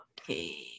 Okay